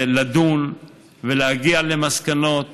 לדון ולהגיע למסקנות,